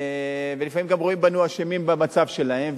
ולפעמים הם גם רואים בנו אשמים במצב שלהם,